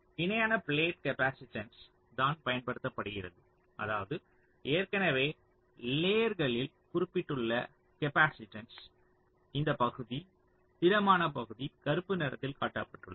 இணையான plate capacitance தான் பயன்படுத்தப்படுகிறது அதாவது ஏற்கனவே லேயர்களில் குறிப்பிட்டுள்ள கேப்பாசிட்டன்ஸ் இந்த பகுதி திடமான பகுதி கருப்பு நிறத்தில் காட்டப்பட்டுள்ளது